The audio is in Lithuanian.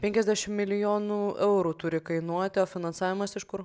penkiasdešim milijonų eurų turi kainuoti o finansavimas iš kur